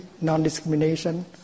non-discrimination